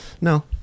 No